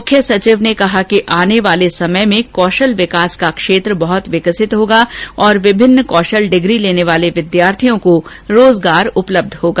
मुख्य सचिव ने कहा कि आने वाले समय में कौशल विकास का क्षेत्र बहत विकसित होगा और विभिन्न कौशल डिग्री लेने वाले विद्यार्थियों को रोजगार उपलब्ध हो सकेगा